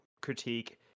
critique